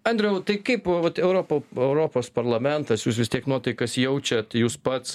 andriau tai kaip vat europa europos parlamentas jūs vis tiek nuotaikas jaučiat jūs pats